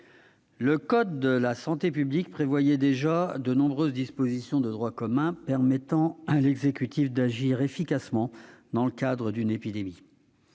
Le code de la santé publique prévoyait déjà de nombreuses dispositions de droit commun permettant à l'exécutif d'agir efficacement dans le cadre d'une épidémie.